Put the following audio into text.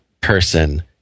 person